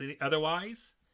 otherwise